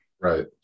Right